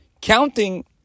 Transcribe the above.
counting